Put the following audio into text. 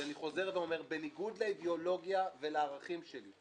אני חוזר ואומר: בניגוד לאידיאולוגיה ולערכים שלי,